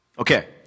Okay